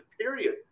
period